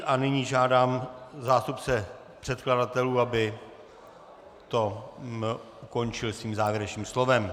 A nyní žádám zástupce předkladatelů, aby to ukončil svým závěrečným slovem.